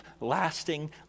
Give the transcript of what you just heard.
lasting